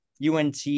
unt